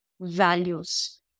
values